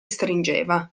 stringeva